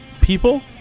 people